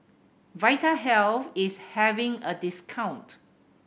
Vitahealth is having a discount